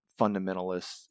fundamentalists